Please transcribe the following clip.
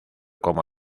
como